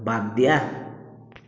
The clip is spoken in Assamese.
বাদ দিয়া